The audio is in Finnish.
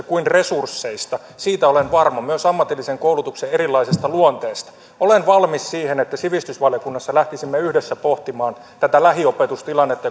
kuin resursseista siitä olen varma myös ammatillisen koulutuksen erilaisesta luonteesta olen valmis siihen että sivistysvaliokunnassa lähtisimme yhdessä pohtimaan paljon syvällisemmin tätä lähiopetustilannetta